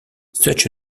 such